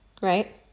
right